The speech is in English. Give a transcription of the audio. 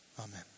Amen